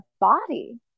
body